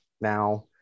now